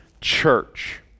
church